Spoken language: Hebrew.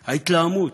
ההתלהמות,